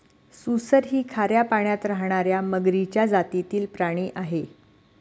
सुसर ही खाऱ्या पाण्यात राहणार्या मगरीच्या जातीतील प्राणी आहे